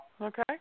Okay